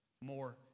more